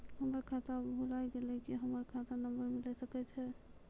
हमर खाता भुला गेलै, की हमर खाता नंबर मिले सकय छै?